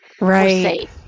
Right